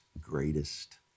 greatest